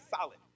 solid